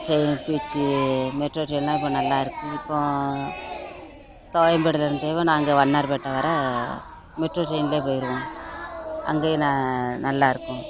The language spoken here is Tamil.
ட்ரைன் பீச்சு மெட்ரோ ட்ரைன்லாம் இப்போ நல்லாயிருக்கு இப்போ கோயம்பேடுலேர்ந்து நாங்கள் வண்ணாரப்பேட்டை வரை மெட்ரோ ட்ரைன்லேயே போயிடுவோம் அங்கேயும் நல்லாயிருக்கும்